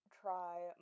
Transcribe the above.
try